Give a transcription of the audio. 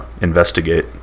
investigate